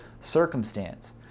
circumstance